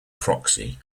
proxy